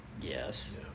Yes